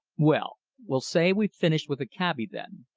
well, we'll say we've finished with the cabby, then.